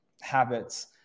habits